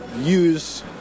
use